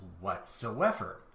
whatsoever